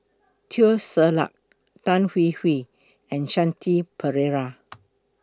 Teo Ser Luck Tan Hwee Hwee and Shanti Pereira